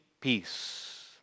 peace